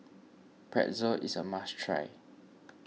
Pretzel is a must try